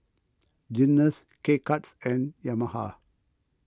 Guinness K Cuts and Yamaha